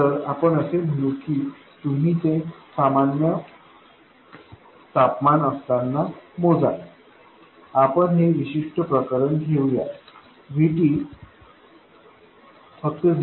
तर आपण असे म्हणू की तुम्ही ते सामान्य तापमान असताना मोजा आपण हे विशिष्ट प्रकरण घेऊया VT फक्त 0